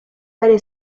varie